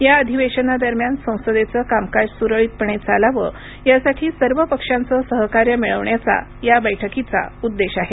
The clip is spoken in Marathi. या अधिवेशनादरम्यान संसदेचं कामकाज सुरळीतपणे चालावं यासाठी सर्व पक्षांचं सहकार्य मिळवण्याचा या बैठकीचा उद्देश आहे